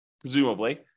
presumably